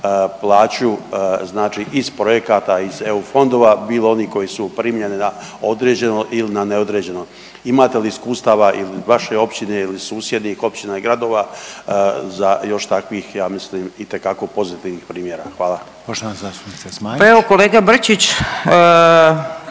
plaću znači iz projekata iz EU fondova, bilo onih koji su primljeni na određeno ili na neodređeno. Imate li iskustava ili vaše općine ili susjednih općina i gradova za još takvih ja mislim itekako pozitivnih primjera? Hvala. **Reiner, Željko (HDZ)**